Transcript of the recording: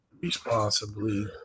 Responsibly